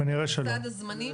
מבחינת סד הזמנים?